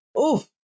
Oof